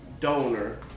donor